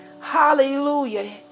Hallelujah